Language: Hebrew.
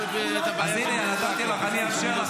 --- אז הינה, נתתי, אני אאפשר.